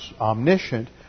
omniscient